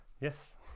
Yes